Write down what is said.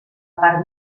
part